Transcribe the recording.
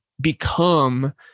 become